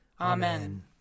Amen